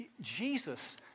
Jesus